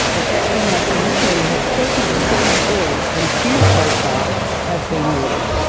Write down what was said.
a factory must initially have forty to seventy orders, and few so far have been ordered.